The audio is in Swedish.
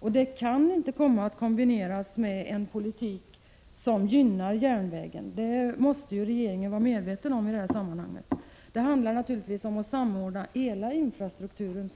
Rege ringen måste vara medveten om att detta inte kan kombineras med en politik som gynnar järnvägen. Om jag har tolkat rapporten rätt, gäller det naturligtvis att samordna hela infrastrukturen.